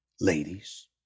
Ladies